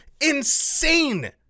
insane